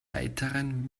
weiteren